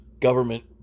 government